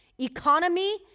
economy